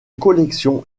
collection